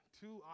two